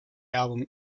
album